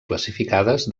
classificades